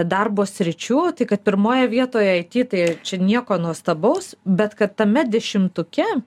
darbo sričių tai kad pirmoje vietoje it tai čia nieko nuostabaus bet kad tame dešimtuke